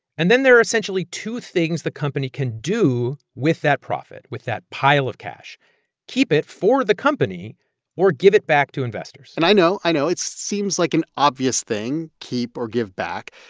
and then there are essentially two things the company can do with that profit, with that pile of cash keep it for the company or give it back to investors and i know, i know it seems like an obvious thing, keep or give back.